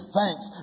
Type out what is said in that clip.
thanks